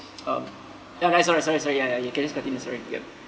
um ya eh sorry sorry sorry ya ya you can just continue yup